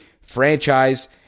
franchise